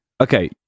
okay